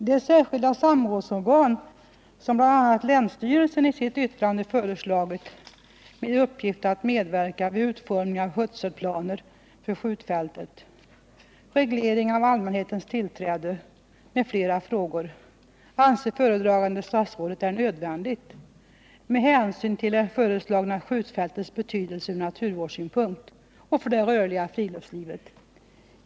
Det särskilda samrådsorgan som bl.a. länsstyrelsen i sitt yttrande föreslagit med uppgift att medverka vid utformning av skötselplaner för skjutfältet, reglering av allmänhetens tillträde m.fl. frågor anser föredragande statsrådet är nödvändigt med hänsyn till det föreslagna skjutfältets betydelse ur naturvårdssynpunkt och för det rörliga friluftslivet.